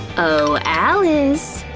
oh alice?